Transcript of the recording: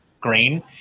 green